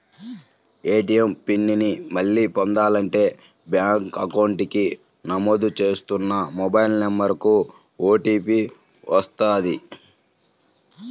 ATM PIN ని మళ్ళీ పొందాలంటే బ్యేంకు అకౌంట్ కి నమోదు చేసుకున్న మొబైల్ నెంబర్ కు ఓటీపీ వస్తది